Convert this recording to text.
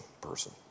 person